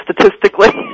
statistically